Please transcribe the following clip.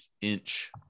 inch